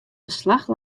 beslach